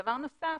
דבר נוסף,